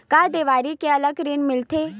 का देवारी के अलग ऋण मिलथे?